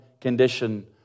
condition